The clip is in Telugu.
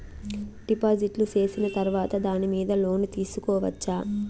డిపాజిట్లు సేసిన తర్వాత దాని మీద లోను తీసుకోవచ్చా?